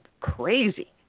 crazy